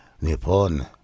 Nippon